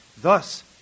Thus